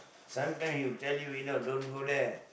sometime he'll tell you you know don't go there